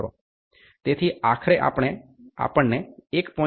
તેથી આખરે આપણ ને 1